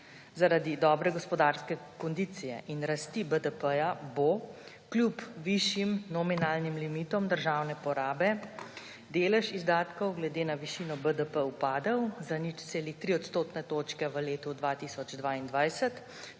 Zaradi dobre gospodarske kondicije in rasti BDP bo kljub višjim nominalnim limitom državne porabe delež izdatkov glede na višino BDP upadel za 0,3 odstotne točke v letu 2022